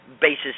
basis